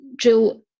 Jill